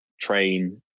train